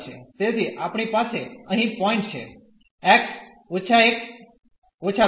તેથી આપણી પાસે અહીં પોઇન્ટ છે x − 1 −2